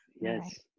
Yes